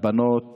לבנות